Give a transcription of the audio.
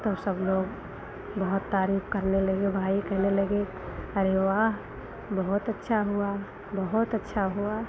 तब सब लोग बहुत तारीफ़ करने लगे भाई कहने लगे अरे वाह बहुत अच्छा हुआ बहुत अच्छा हुआ